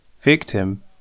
victim